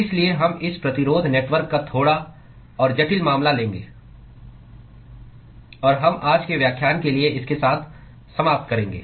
इसलिए हम इस प्रतिरोध नेटवर्क का थोड़ा और जटिल मामला लेंगे और हम आज के व्याख्यान के लिए इसके साथ समाप्त करेंगे